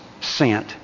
sent